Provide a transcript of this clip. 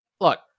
look